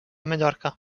mallorca